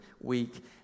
week